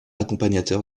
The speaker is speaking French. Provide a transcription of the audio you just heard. accompagnateur